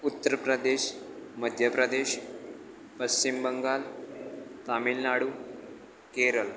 Uttar Pradesh Madhya Pradesh Pashchim Bangal Tamilnadu Kerala